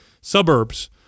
suburbs